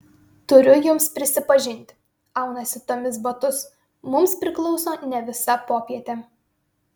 turiu jums prisipažinti aunasi tomis batus mums priklauso ne visa popietė